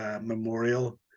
memorial